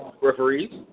referees